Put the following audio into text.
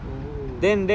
oh